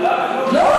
אומר.